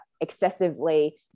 excessively